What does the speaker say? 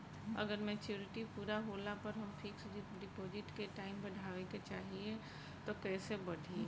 अगर मेचूरिटि पूरा होला पर हम फिक्स डिपॉज़िट के टाइम बढ़ावे के चाहिए त कैसे बढ़ी?